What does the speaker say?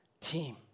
team